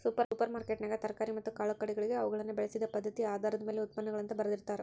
super ಮಾರ್ಕೆಟ್ನ್ಯಾಗ ತರಕಾರಿ ಮತ್ತ ಕಾಳುಕಡಿಗಳಿಗೆ ಅವುಗಳನ್ನ ಬೆಳಿಸಿದ ಪದ್ಧತಿಆಧಾರದ ಮ್ಯಾಲೆ ಉತ್ಪನ್ನಗಳು ಅಂತ ಬರ್ದಿರ್ತಾರ